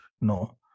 no